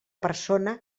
persona